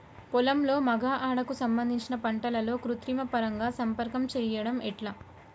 పొలంలో మగ ఆడ కు సంబంధించిన పంటలలో కృత్రిమ పరంగా సంపర్కం చెయ్యడం ఎట్ల?